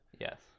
Yes